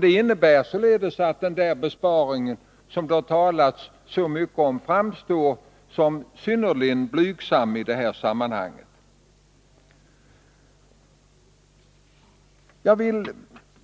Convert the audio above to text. Det innebär således att den besparing som det har talats så mycket om framstår som synnerligen blygsam i detta sammanhang.